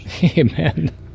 Amen